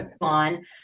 on